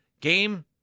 game